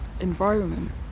environment